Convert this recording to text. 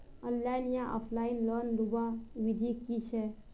Online या offline loan लुबार विधि की छे?